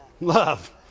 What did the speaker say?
Love